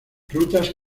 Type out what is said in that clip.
rutas